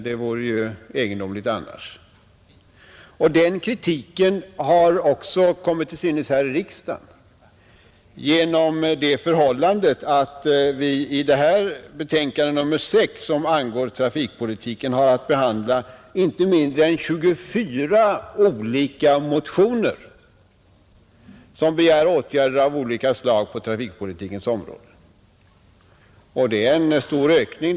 Det vore egendomligt annars, Den kritiken har också kommit till synes här i riksdagen genom det förhållandet att vi i detta betänkande nr 6 som angår trafikpolitiken har att behandla inte mindre än 24 olika motioner som begär åtgärder av olika slag på trafikpolitikens område, Det är en stor ökning.